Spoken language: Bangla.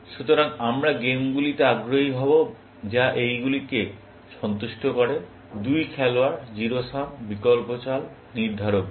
সুতরাং আমরা গেমগুলিতে আগ্রহী হব যা এইগুলিকে সন্তুষ্ট করে দুই খেলোয়াড় জিরো সাম বিকল্প চাল নির্ধারক গেম